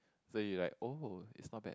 so you like oh it's not bad